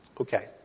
Okay